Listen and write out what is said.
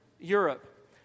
Europe